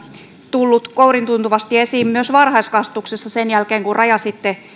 tullut kouriintuntuvasti esiin myös varhaiskasvatuksessa sen jälkeen kun rajasitte